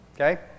Okay